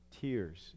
tears